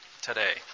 today